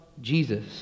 Jesus